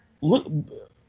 look